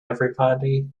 everybody